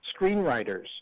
screenwriters